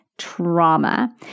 trauma